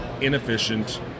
inefficient